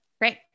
Great